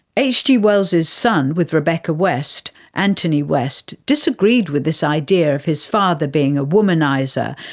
hg wells's son with rebecca west, anthony west, disagreed with this idea of his father being a womaniser,